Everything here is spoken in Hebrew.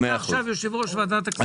אתה עכשיו יושב-ראש ועדת הכספים,